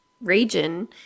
region